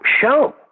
show